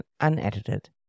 unedited